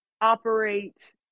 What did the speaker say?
operate